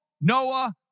Noah